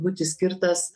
būti skirtas